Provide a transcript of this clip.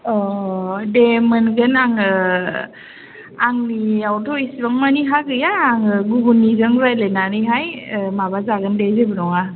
औ औ दे मोनगोन आङो आंनियावथ' एसेबांमानि हा गैया आङो गुबुननिजों रायज्लायनानै हाय माबाजागोन दे जेबो नङा